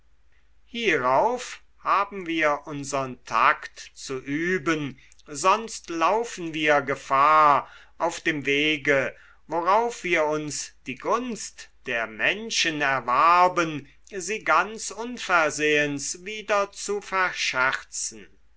hierauf haben wir unsern takt zu üben sonst laufen wir gefahr auf dem wege worauf wir uns die gunst der menschen erwarben sie ganz unversehens wieder zu verscherzen